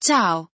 Ciao